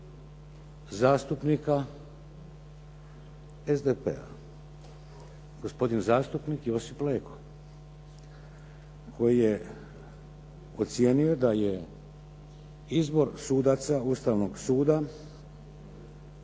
zastupnika SDP-a, gospodin zastupnik Josip Leko. Koji je ocijenio da je izbor sudaca Ustavnog suda